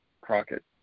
Crockett